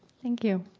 thank you